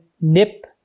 nip